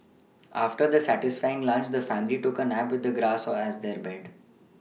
after their satisfying lunch the family took a nap with the grass or as their bank